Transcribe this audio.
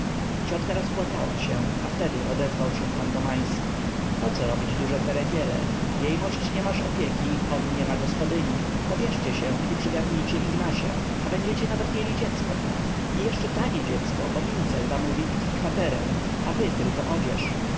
ciotka rozpłakała się a wtedy odezwał się p domański poco robić duże ceregiele jejmość nie masz opieki on nie ma gospodyni pobierzcie się i przygarnijcie ignasia a będziecie nawet mieli dziecko i jeszcze tanie dziecko bo mincel da mu wikt i kwaterę a wy tylko odzież